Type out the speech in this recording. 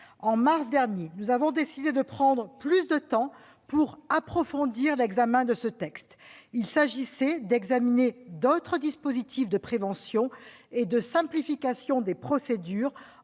En mars dernier, nous avons décidé de prendre plus de temps pour approfondir l'examen de ce texte. Il s'agissait d'examiner d'autres dispositifs de prévention et de simplification des procédures